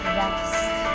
rest